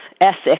ethic